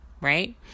right